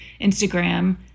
Instagram